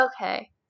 Okay